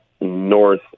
north